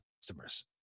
customers